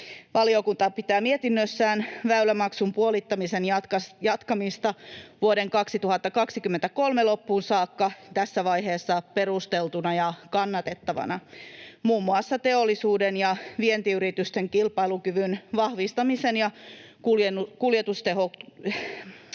Valiokunta pitää mietinnössään väylämaksun puolittamisen jatkamista vuoden 2023 loppuun saakka tässä vaiheessa perusteltuna ja kannatettavana muun muassa teollisuuden ja vientiyritysten kilpailukyvyn vahvistamisen ja kuljetuskustannusten